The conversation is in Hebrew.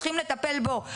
צריכים לטפל בו,